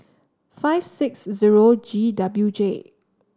five six zero G W J